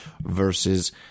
versus